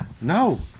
no